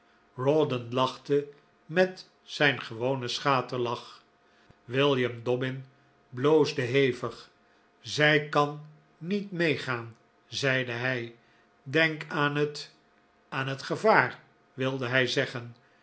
rawdon lachte met zijn gewonen schaterlach william dobbin bloosde hevig zij kan niet meegaan zeide hij denk aan het aan het gevaar wilde hij zeggen